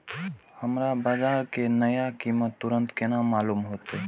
हमरा बाजार के नया कीमत तुरंत केना मालूम होते?